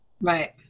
Right